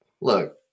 look